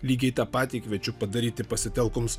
lygiai tą patį kviečiu padaryti pasitelkus